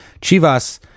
Chivas